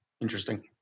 Interesting